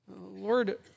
Lord